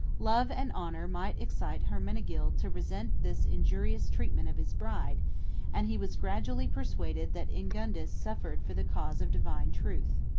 love and honor might excite hermenegild to resent this injurious treatment of his bride and he was gradually persuaded that ingundis suffered for the cause of divine truth.